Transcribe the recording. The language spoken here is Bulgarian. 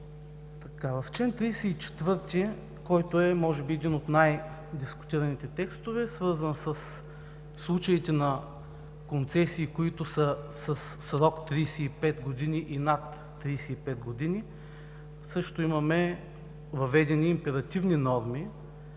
В чл. 34, който може би е един от най-дискутираните текстове, свързан със случаите на концесии, които са със и над 35 години срок, също имаме въведени императивни норми,